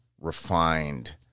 refined